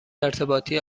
ارتباطی